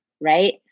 Right